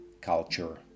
culture